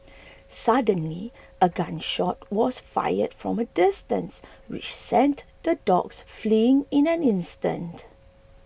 suddenly a gun shot was fired from a distance which sent the dogs fleeing in an instant